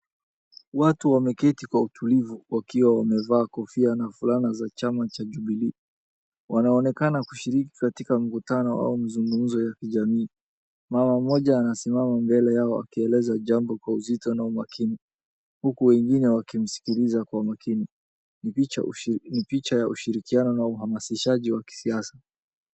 Watu wameketi kwa utulivu wakiwa wamevaa kofia na fulana za chama cha Jubilii. Wanaonekana kushiriki katika mkutano au mzungumzo wa kijamii. Mama mmoja anasimama mbele yao akielezea jambo kwa uzito na umakini, huku wengine wakimsikiliza kwa makini. Ni picha ya ushirikiano na uhamasishaji wa kisiasa.